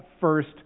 first